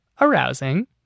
arousing